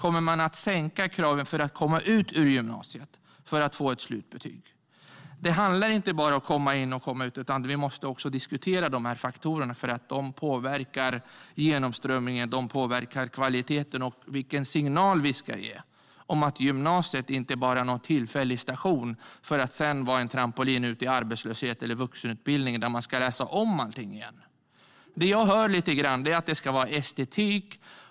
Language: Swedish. Kommer man att sänka kraven för att komma ut ur gymnasiet och för att få ett slutbetyg? Det handlar inte bara om att komma in och komma ut, utan vi måste också diskutera dessa faktorer. De påverkar genomströmningen, och de påverkar kvaliteten och vilken signal vi ska ge. Gymnasiet ska inte bara vara någon tillfällig station för att sedan vara en trampolin ut i arbetslöshet eller vuxenutbildning där man ska läsa om allting igen. Det jag hör lite grann är att det ska vara estetik.